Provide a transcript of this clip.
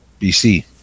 BC